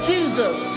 Jesus